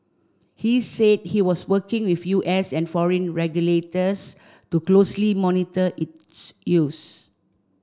he said he was working with U S and foreign regulators to closely monitor its use